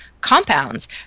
compounds